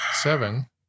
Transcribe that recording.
Seven